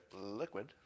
liquid